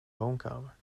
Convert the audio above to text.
woonkamer